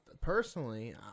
personally